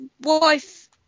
wife